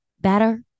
better